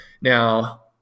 Now